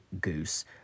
goose